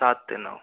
सात से नौ